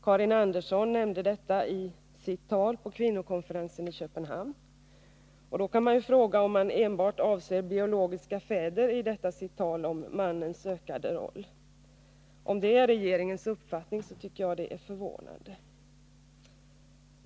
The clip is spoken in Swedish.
Karin Andersson nämnde detta i sitt tal på kvinnokonferensen i Köpenhamn, och man kan då ställa frågan om regeringens företrädare enbart avser biologiska fäder i detta sitt tal om mannens ökade ansvar för barnen. Om det är regeringens uppfattning tycker jag att det är förvånande.